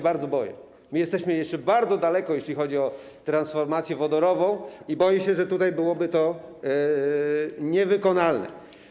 Bardzo się boję, my jesteśmy jeszcze bardzo daleko, jeśli chodzi o transformację wodorową, i boję się, że tutaj byłoby to niewykonalne.